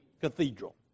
Cathedral